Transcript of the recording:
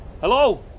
Hello